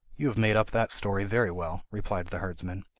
you have made up that story very well replied the herdsman.